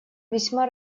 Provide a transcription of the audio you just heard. весьма